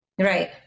right